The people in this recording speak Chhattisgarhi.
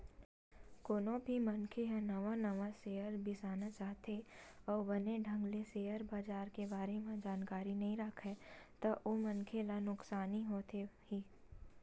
कोनो भी मनखे ह नवा नवा सेयर बिसाना चाहथे अउ बने ढंग ले सेयर बजार के बारे म जानकारी नइ राखय ता ओ मनखे ला नुकसानी होथे ही